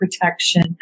protection